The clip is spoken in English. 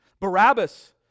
Barabbas